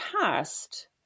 past